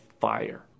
fire